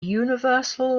universal